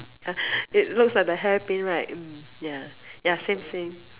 ya it looks like a hairpin right mm ya ya same same